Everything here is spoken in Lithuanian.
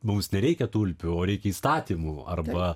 mums nereikia tulpių o reikia įstatymų arba